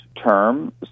term